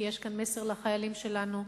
כי יש כאן מסר לחיילים שלנו,